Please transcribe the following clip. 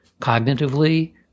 cognitively